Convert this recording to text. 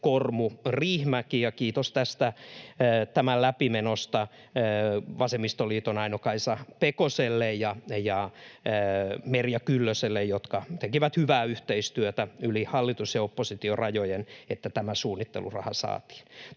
Launonen—Kormu—Riihimäki. Kiitos tämän läpimenosta vasemmistoliiton Aino-Kaisa Pekoselle ja Merja Kyllöselle, jotka tekivät hyvää yhteistyötä yli hallitus—oppositio-rajojen, jotta tämä suunnitteluraha saatiin.